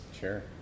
Sure